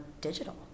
digital